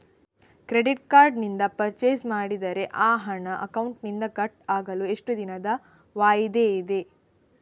Credit card ನಿಂದ purchase ಮಾಡಿದರೆ ಆ ಹಣ ಅಕೌಂಟಿನಿಂದ ಕಟ್ ಆಗಲು ಎಷ್ಟು ದಿನದ ವಾಯಿದೆ ಇದೆ?